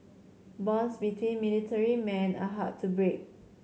bonds between military men are hard to break